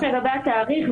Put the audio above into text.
רק לגבי התאריך,